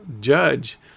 judge